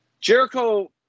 Jericho